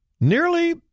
nearly